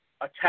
attack